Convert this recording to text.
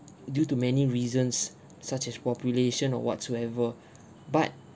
due to many reasons such as population or whatsoever but